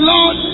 Lord